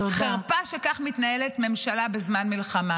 חרפה שכך מתנהלת ממשלה בזמן מלחמה.